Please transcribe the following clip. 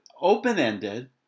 open-ended